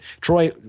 Troy